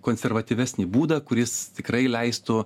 konservatyvesnį būdą kuris tikrai leistų